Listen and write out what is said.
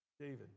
David